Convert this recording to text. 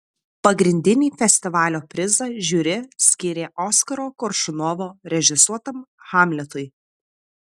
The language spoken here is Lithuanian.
pagrindinį festivalio prizą žiuri skyrė oskaro koršunovo režisuotam hamletui